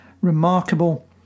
remarkable